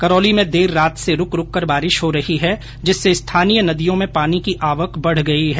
करौली में देर रात से रूक रूक कर बारिश हो रही है जिससे स्थानीय नदियों में पानी की आवक बढ गई है